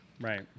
Right